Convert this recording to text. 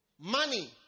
money